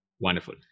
Wonderful